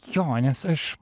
jo nes aš